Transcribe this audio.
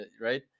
right